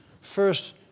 First